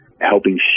helping